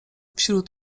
wśród